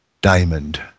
Diamond